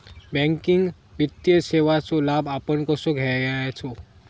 Banking वित्तीय सेवाचो लाभ आपण कसो घेयाचो?